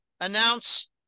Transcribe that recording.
announce